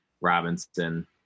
Robinson